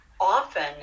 often